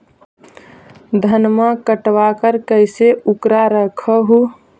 धनमा कटबाकार कैसे उकरा रख हू?